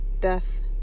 Death